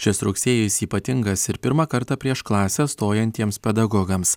šis rugsėjis ypatingas ir pirmą kartą prieš klasę stojantiems pedagogams